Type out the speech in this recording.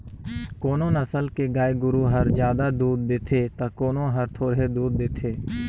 कोनो नसल के गाय गोरु हर जादा दूद देथे त कोनो हर थोरहें दूद देथे